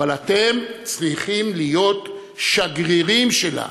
אבל אתם צריכים להיות שגרירים שלה,